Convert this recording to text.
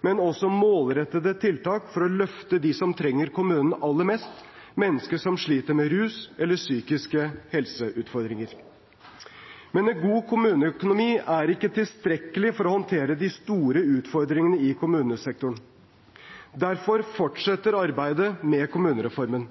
men også målrettede tiltak for å løfte dem som trenger kommunen aller mest, mennesker som sliter med rus eller psykiske helseutfordringer. En god kommuneøkonomi er ikke tilstrekkelig for å håndtere de store utfordringene i kommunesektoren. Derfor fortsetter arbeidet med kommunereformen.